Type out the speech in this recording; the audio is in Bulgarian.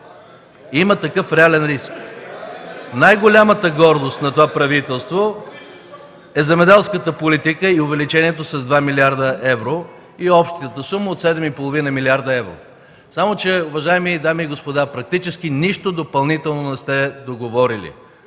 има такъв реален риск! Най-голямата гордост на това правителство е земеделската политика и увеличението с 2 млрд. евро и общата сума от 7 и половина милиарда евро. Само че, уважаеми дами и господа, практически нищо допълнително не сте договорили,